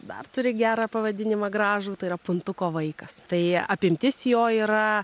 dar turi gerą pavadinimą gražų tai yra puntuko vaikas tai apimtis jojo yra